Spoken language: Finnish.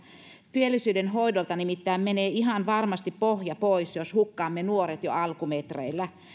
työllisyydenhoidolta nimittäin menee ihan varmasti pohja pois jos hukkaamme nuoret jo alkumetreillä